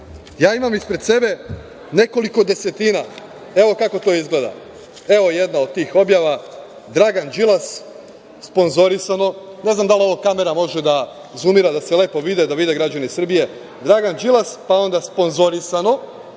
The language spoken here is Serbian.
stanja. Imam ispred sebe nekoliko desetina. Evo kako to izgleda, evo jedna od tih objava – Dragan Đilas, sponzorisano, ne znam da li ovo kamera može da zumira, da se lepo vidi, da vide građani Srbije, Dragan Đilas, pa onda sponzorisano.